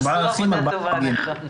ארבעה פגים.